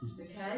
okay